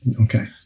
Okay